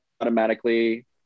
automatically